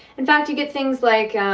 in fact, you get things like